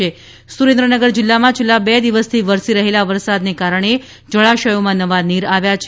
સુરેન્દ્રનગર વરસાદ સુરેન્દ્રનગર જિલ્લામાં છેલ્લા બે દિવસથી વરસી રહેલા વરસાદને કારણે જળાશયોમાં નવા નીર આવ્યા છે